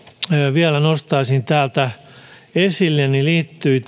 vielä nostaisin täältä esille liittyy